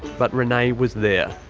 but renay was there.